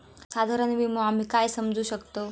साधारण विमो आम्ही काय समजू शकतव?